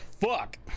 Fuck